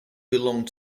belong